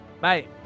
Bye